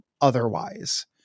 otherwise